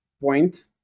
point